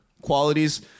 Qualities